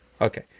Okay